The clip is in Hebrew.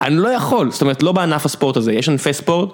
אני לא יכול, זאת אומרת לא בענף הספורט הזה, יש ענפי ספורט?